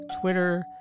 Twitter